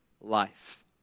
life